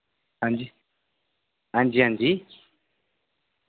हांजी हांजी हांजी